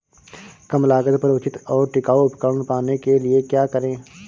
कम लागत पर उचित और टिकाऊ उपकरण पाने के लिए क्या करें?